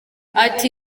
ati